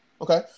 Okay